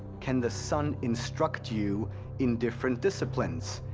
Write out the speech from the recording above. can the sun instruct you in different disciplines?